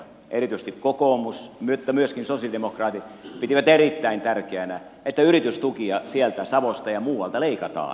erityisesti kokoomus mutta myöskin sosialidemokraatit pitivät erittäin tärkeänä että yritystukia sieltä savosta ja muualta leikataan